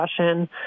discussion